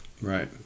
Right